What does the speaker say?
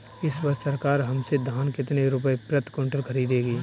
इस वर्ष सरकार हमसे धान कितने रुपए प्रति क्विंटल खरीदेगी?